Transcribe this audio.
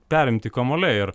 perimti kamuoliai ir